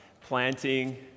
planting